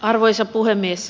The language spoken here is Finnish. arvoisa puhemies